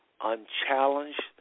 unchallenged